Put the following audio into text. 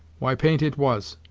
why paint it was.